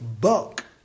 buck